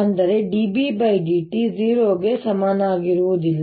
ಆದ್ದರಿಂದ ಅಂದರೆ dB dt 0 ಗೆ ಸಮನಾಗಿರುವುದಿಲ್ಲ